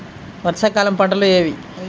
వర్షాకాలం పంటలు ఏవి?